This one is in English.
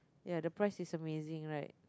ya the price is amazing right